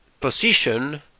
position